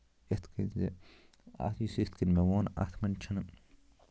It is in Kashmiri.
یِتھۍ کٔنۍ زِ اَتھ یُس یِتھۍ کٔنۍ مےٚ ووٚن اَتھ منٛز چھِنہٕ